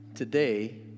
Today